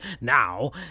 now